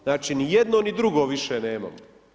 Znači ni jedno, ni drugo više nemamo.